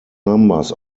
numbers